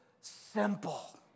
simple